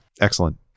Excellent